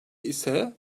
ise